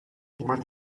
what